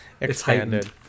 expanded